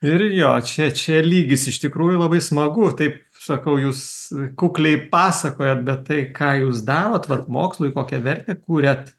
ir jo čia čia lygis iš tikrųjų labai smagu taip sakau jūs kukliai pasakojat bet tai ką jūs darot vat mokslui kokią vertę kuriat